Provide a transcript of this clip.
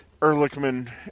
Ehrlichman